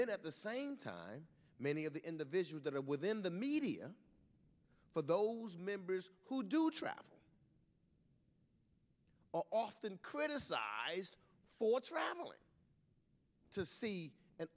then at the same time many of the individual that are within the media for those members who do travel often criticized for traveling to see and